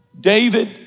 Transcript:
David